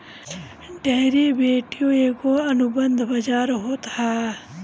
derivative एगो अनुबंध बाजार होत हअ